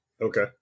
Okay